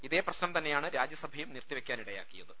ഇതേ പ്രശ്നം തന്നെയാണ് രാജ്യസഭയും നിർത്തിവെക്കാനി ടയാക്കിയത്